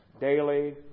daily